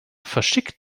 verschickt